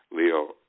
Leo